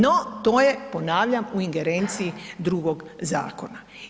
No, to je, ponavljam, u ingerenciji drugog zakona.